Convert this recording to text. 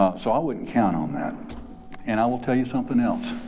ah so i wouldn't count on that and i will tell you something else.